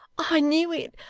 i knew it,